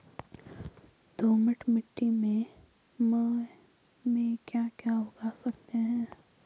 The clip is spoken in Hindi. दोमट मिट्टी में म ैं क्या क्या उगा सकता हूँ?